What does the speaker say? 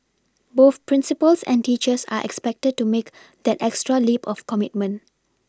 both principals and teachers are expected to make that extra leap of commitment